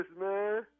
man